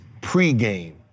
pre-game